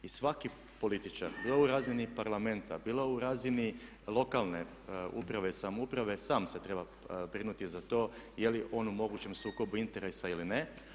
I svaki političar bilo u razini Parlamenta, bilo u razini lokalne uprave i samouprave sam se treba brinuti za to je li on u mogućem sukobu interesa ili ne.